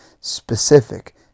specific